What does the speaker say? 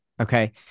Okay